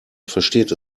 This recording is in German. versteht